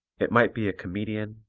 it might be a comedian,